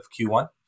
Q1